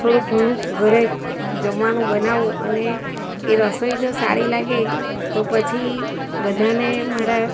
થોડુંક ઘણું ઘરે જમવાનું બનાવું અને એ રસોઈ જો સારી લાગે તો પછી બધાને મારા